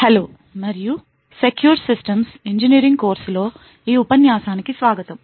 hello మరియు secure systems engineering కోర్సులో ఈ ఉపన్యాసానికి స్వాగతం